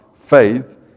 faith